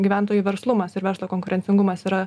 gyventojų verslumas ir verslo konkurencingumas yra